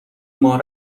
ماه